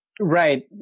right